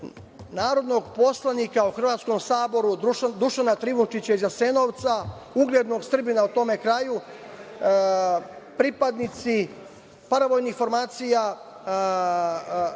narodnog poslanika u Hrvatskom saboru Dušana Trivolčića iz Jasenovca, uglednog Srbina u tom kraju. Pripadnici hrvatskih paravojnih formacija